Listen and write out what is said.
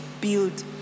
build